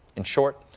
in short,